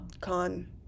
Con